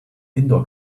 indoor